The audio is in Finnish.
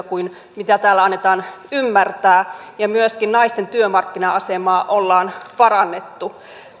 kuin täällä annetaan ymmärtää ja myöskin naisten työmarkkina asemaa ollaan parannettu